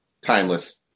timeless